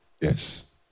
Yes